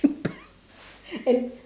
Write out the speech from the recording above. and